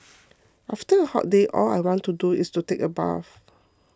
after a hot day all I want to do is to take a bath